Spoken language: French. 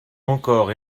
encore